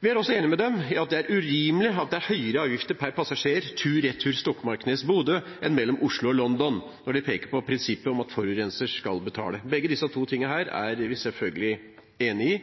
Vi er også enig med dem i at det er urimelig at det er høyere avgifter per passasjer tur–retur Stokmarknes–Bodø enn tur–retur Oslo–London, når de peker på prinsippet om at forurenser skal betale. Begge disse to tingene er vi selvfølgelig enig i,